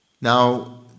Now